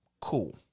cool